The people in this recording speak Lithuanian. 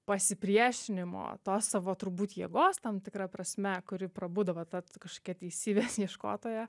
pasipriešinimo tos savo turbūt jėgos tam tikra prasme kuri prabudo va ta kažkokia teisybės ieškotoja